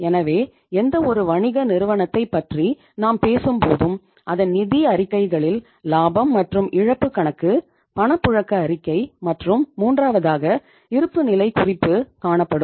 எனவே எந்தவொரு வணிக நிறுவனத்தை பற்றி நாம் பேசும்போதும் அதன் நிதி அறிக்கைகளில் லாபம் மற்றும் இழப்பு கணக்கு பணப்புழக்க அறிக்கை மற்றும் மூன்றாவதாக இருப்புநிலை குறிப்பு காணப்படும்